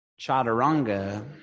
chaturanga